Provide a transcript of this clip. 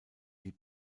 die